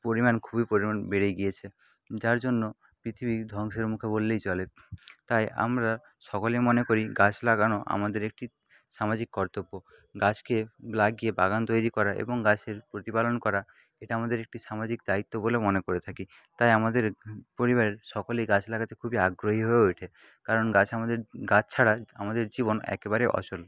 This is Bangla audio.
পরিমাণ খুবই পরিমাণ বেড়ে গিয়েছে যার জন্য পৃথিবী ধ্বংসের মুখে বললেই চলে তাই আমরা সকলে মনে করি গাছ লাগানো আমাদের একটি সামাজিক কর্তব্য গাছকে লাগিয়ে বাগান তৈরি করা এবং গাছের প্রতিপালন করা এটা আমাদের একটি সামাজিক দায়িত্ব বলে মনে করে থাকি তাই আমাদের পরিবারের সকলেই গাছ লাগাতে খুবই আগ্রহী হয়ে ওঠে কারণ গাছ আমাদের গাছ ছাড়া আমাদের জীবন একেবারে অচল